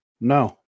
No